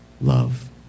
love